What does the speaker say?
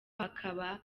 hakaba